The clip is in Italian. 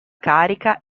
carica